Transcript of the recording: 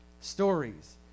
stories